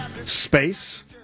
space